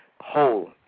whole